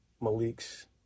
malik's